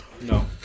No